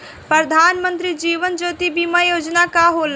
प्रधानमंत्री जीवन ज्योति बीमा योजना का होला?